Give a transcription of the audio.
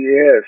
Yes